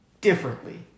differently